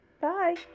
Bye